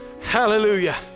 hallelujah